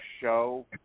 show